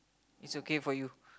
is okay for you